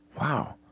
Wow